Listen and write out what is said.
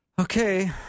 Okay